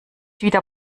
wieder